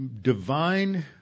divine